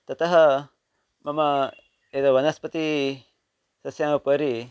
ततः मम एतत् वनस्पती तस्याम् उपरि